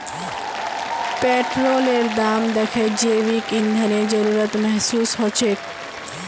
पेट्रोलेर दाम दखे जैविक ईंधनेर जरूरत महसूस ह छेक